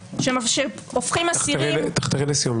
שהופכים אסירים --- תחתרי לסיום,